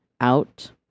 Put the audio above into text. out